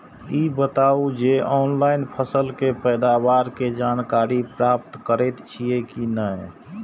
ई बताउ जे ऑनलाइन फसल के पैदावार के जानकारी प्राप्त करेत छिए की नेय?